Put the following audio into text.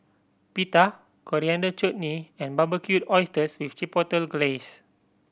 Pita Coriander Chutney and Barbecued Oysters with Chipotle Glaze